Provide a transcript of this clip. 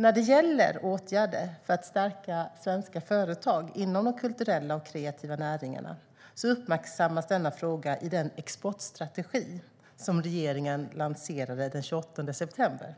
När det gäller åtgärder för att stärka svenska företag inom de kulturella och kreativa näringarna uppmärksammas denna fråga i den exportstrategi som regeringen lanserade den 28 september.